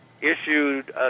issued